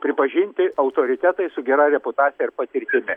pripažinti autoritetai su gera reputacija ir patirtimi